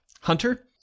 hunter